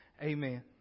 Amen